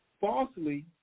falsely